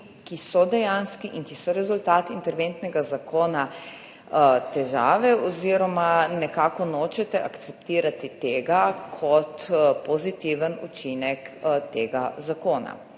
ki so dejanski in ki so rezultat interventnega zakona, težave oziroma nekako nočete akceptirati tega kot pozitiven učinek tega zakona.